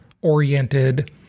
oriented